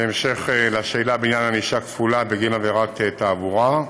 בהמשך לשאלה בעניין ענישה כפולה בגין עבירת תעבורה: